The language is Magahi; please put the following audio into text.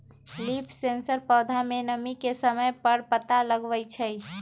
लीफ सेंसर पौधा में नमी के समय पर पता लगवई छई